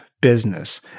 business